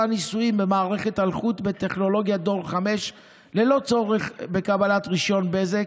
ניסויים במערכת אלחוט בטכנולוגיית דור 5 ללא צורך בקבלת רישיון בזק.